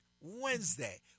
Wednesday